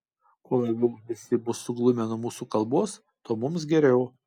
kuo labiau visi bus suglumę nuo mūsų kalbos tuo mums geriau